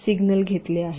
signal घेतले आहेत